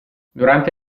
durante